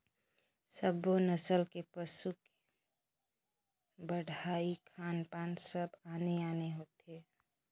सब्बो नसल के पसू के बड़हई, खान पान सब आने आने होथे